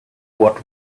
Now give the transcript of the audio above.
what